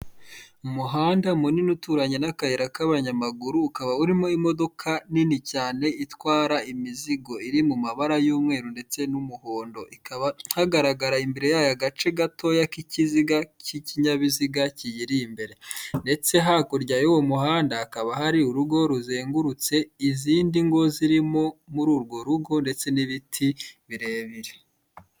Urubuga rwo kuri murandasi rutangirwaho amakuru y'akazi ya leta, birerekana uburyo wakinjira ukoresheje imayili yawe ndetse na nimero ya telefone yawe ndetse ukaza no gukoresha ijambo banga.